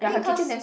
I think cause